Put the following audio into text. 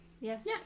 Yes